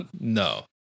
No